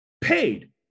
paid